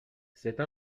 cette